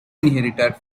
inherited